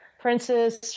Princess